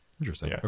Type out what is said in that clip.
Interesting